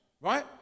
right